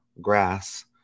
grass –